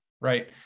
Right